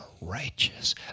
righteous